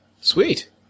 Sweet